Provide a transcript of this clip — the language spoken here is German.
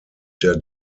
der